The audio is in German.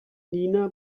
nina